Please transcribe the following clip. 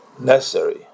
necessary